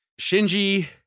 Shinji